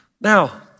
Now